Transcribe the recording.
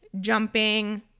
jumping